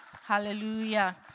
Hallelujah